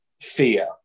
fear